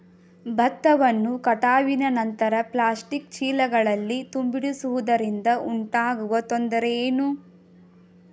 ಭತ್ತವನ್ನು ಕಟಾವಿನ ನಂತರ ಪ್ಲಾಸ್ಟಿಕ್ ಚೀಲಗಳಲ್ಲಿ ತುಂಬಿಸಿಡುವುದರಿಂದ ಉಂಟಾಗುವ ತೊಂದರೆ ಏನು?